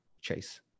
chase